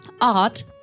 art